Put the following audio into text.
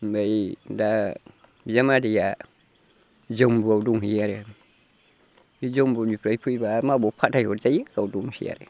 ओमफाय दा बिजामादैआ जम्बुआव दंहैयो आरो बे जम्बुनिफ्राय फैब्ला माबाव फाथाय हरजायो गाव दंसै आरो